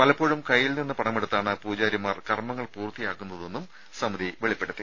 പലപ്പോഴും കൈയിൽ നിന്ന് പണമെടുത്താണ് പൂജാരിമാർ കർമ്മങ്ങൾ പൂർത്തിയാക്കുന്നതെന്നും സമിതി വെളിപ്പെടുത്തി